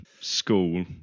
school